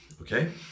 Okay